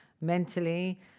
Mentally